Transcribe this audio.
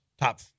top